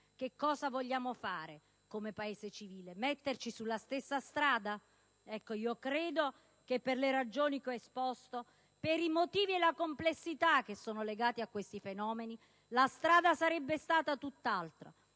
Cosa vogliamo fare come Paese civile? Metterci sulla stessa strada? Credo che, per le ragioni che ho esposto, per i motivi e le complessità che sono legati a questi fenomeni, la strada avrebbe dovuto essere tutt'altra: